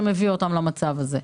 שמביא אותם למצב הזה?